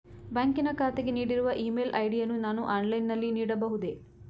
ಬ್ಯಾಂಕಿನ ಖಾತೆಗೆ ನೀಡಿರುವ ಇ ಮೇಲ್ ಐ.ಡಿ ಯನ್ನು ನಾನು ಆನ್ಲೈನ್ ನಲ್ಲಿ ನೀಡಬಹುದೇ?